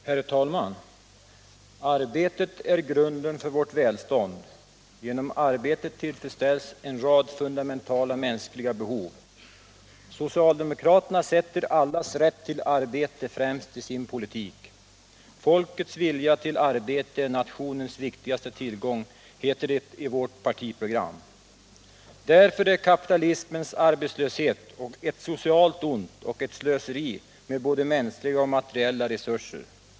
Herr talman! Arbetet är grunden för vårt välstånd. Genom arbetet tillfredsställs en rad fundamentala mänskliga behov. Socialdemokraterna sätter allas rätt till arbete främst i sin politik. Folkets vilja till arbete är nationens viktigaste tillgång, heter det i vårt partiprogram. Därför är kapitalismens arbetslöshet ett socialt ont och ett slöseri med både mänskliga och materiella resurser.